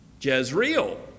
Jezreel